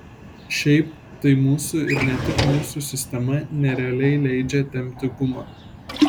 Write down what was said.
šiaip tai mūsų ir ne tik mūsų sistema nerealiai leidžia tempti gumą